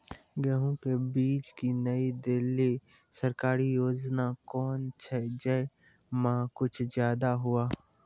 गेहूँ के बीज की नई दिल्ली सरकारी योजना कोन छ जय मां कुछ फायदा हुआ?